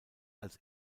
als